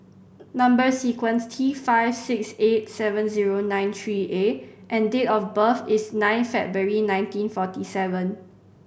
number sequence T five six eight seven zero nine three A and date of birth is nine February nineteen forty seven